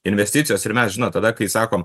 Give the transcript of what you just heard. investicijos ir mes žinot tada kai sakom